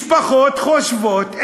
משפחות חושבות,